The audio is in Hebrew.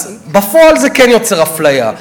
אז בפועל זה כן יוצר אפליה.